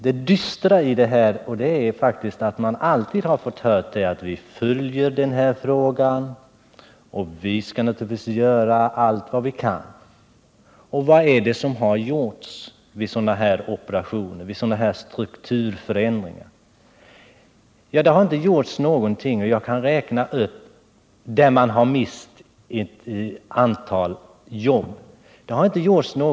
Det dystra i det här är faktiskt att man alltid får besked som: Vi följer den här frågan, och vi skall naturligtvis göra allt vad vi kan. Vilka åtgärder har vidtagits vid sådana här strukturförändringar? Ja, man har inte gjort någonting. Jag kan räkna upp situationer där man mist ett antal jobb.